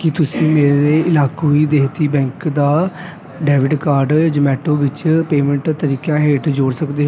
ਕੀ ਤੁਸੀਂਂ ਮੇਰੇ ਏਲਾਕੁਈ ਦੇਹਾਤੀ ਬੈਂਕ ਦਾ ਡੈਬਿਟ ਕਾਰਡ ਜ਼ੋਮੈਟੋ ਵਿੱਚ ਪੇਮੈਂਟ ਤਰੀਕਿਆਂ ਹੇਠ ਜੋੜ ਸਕਦੇ